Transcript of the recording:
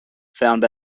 find